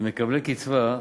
מקבלי הקצבה,